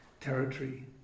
territory